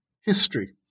history